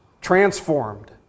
transformed